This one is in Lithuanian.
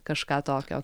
kažką tokio